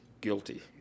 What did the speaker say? guilty